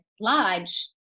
lodge